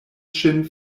ŝin